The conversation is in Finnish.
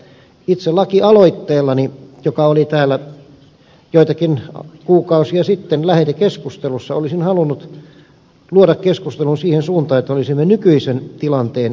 itse lakialoitteellani joka oli täällä joitakin kuukausia sitten lähetekeskustelussa olisin halunnut luoda keskustelun siihen suuntaan että olisimme nykyisen tilanteen säilyttäneet